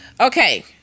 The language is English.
Okay